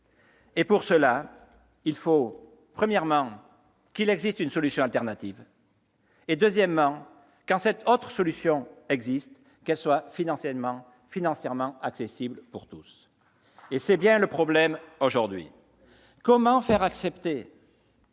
! Pour cela, il faut, premièrement, qu'il existe une solution de remplacement, et, deuxièmement, quand cette autre solution existe, qu'elle soit financièrement accessible pour tous. C'est bien le problème aujourd'hui : monsieur